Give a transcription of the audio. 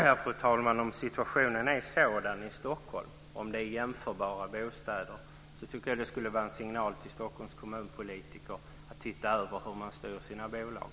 Fru talman! Om situationen är sådan i Stockholm och om det är jämförbara bostäder tycker jag att det är en signal till Stockholms kommunpolitiker att titta över hur man förestår sina bolag.